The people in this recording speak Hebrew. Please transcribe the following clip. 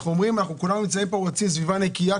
כולנו שנמצאים פה רוצים סביבה נקייה.